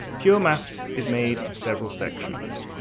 pure maths is made of several sections.